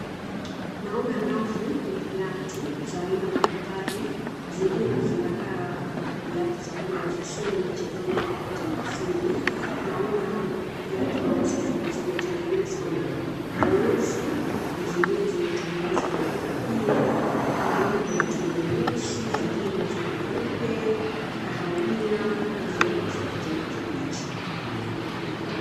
Naona rafu ya viatu za aina mbalimbali. Zingine zinakaa viatu za kuenda ofisini, michezoni au matembezini. Naona viatu ambazo zimetengenezwa na ngozi, zingine zimetengenezwa na mpira. Naona viatu nyeusi, zingine za nyeupe, kahawia na zingine za kijani kibichi.